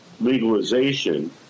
legalization